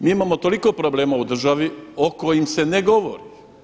Mi imamo toliko problema u državi o kojima se ne govori.